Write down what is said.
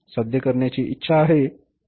साध्य करण्याची इच्छा आहे